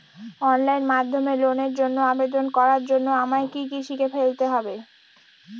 Online মাধ্যমে লোনের জন্য আবেদন করার জন্য আমায় কি কি শিখে ফেলতে হবে?